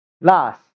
last